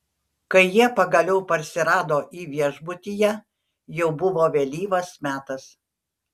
kai jie pagaliau parsirado į viešbutyje jau buvo vėlyvas metas